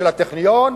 של הטכניון,